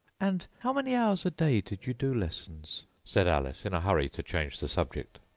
and how many hours a day did you do lessons said alice, in a hurry to change the subject.